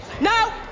No